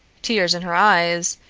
tears in her eyes,